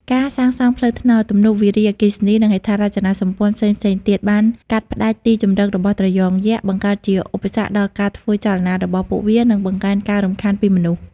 ការសាងសង់ផ្លូវថ្នល់ ទំនប់វារីអគ្គិសនី និងហេដ្ឋារចនាសម្ព័ន្ធផ្សេងៗទៀត បានកាត់ផ្តាច់ទីជម្រករបស់ត្រយងយក្ស បង្កើតជាឧបសគ្គដល់ការធ្វើចលនារបស់ពួកវា និងបង្កើនការរំខានពីមនុស្ស។